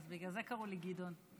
בגלל זה קראו לי גדעון.